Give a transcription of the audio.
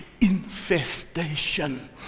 infestation